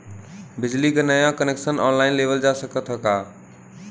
बिजली क नया कनेक्शन ऑनलाइन लेवल जा सकत ह का?